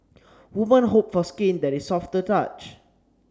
women hope for skin that is soft to the touch